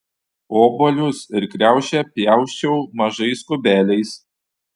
obuolius ir kriaušę pjausčiau mažais kubeliais